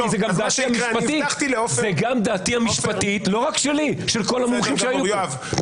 זו גם דעתי המשפטית והדעה המשפטית של כל המומחים שהיו פה.